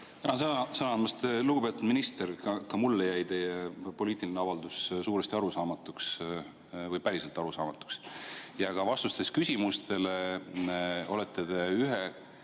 andmast! Lugupeetud minister! Ka mulle jäi teie poliitiline avaldus suuresti arusaamatuks või päriselt arusaamatuks. Ja ka vastustes küsimustele olete te ühe